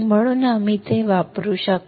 म्हणून आपण ते वापरू शकतो